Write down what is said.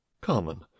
Carmen